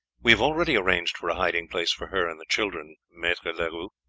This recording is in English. we have already arranged for a hiding-place for her and the children, maitre leroux.